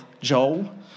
Joel